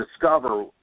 discover